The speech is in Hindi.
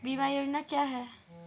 बीमा योजना क्या है?